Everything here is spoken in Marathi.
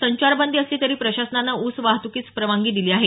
संचारबंदी असली तरी प्रशासनाने ऊस वाहत्कीस परवानगी दिली आहे